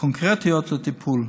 קונקרטיות לטיפול.